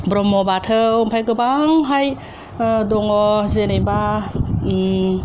ब्रह्म बाथौ ओमफ्राइ गोबांहाय ओ दङ जेन'बा ओम